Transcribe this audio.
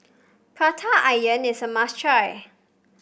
Prata Onion is a must try